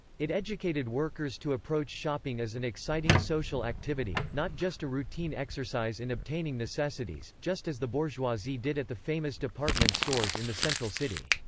it educated workers to approach shopping as an exciting social activity, not just a routine exercise in obtaining necessities, just as the bourgeoisie did at the famous department stores in the central city.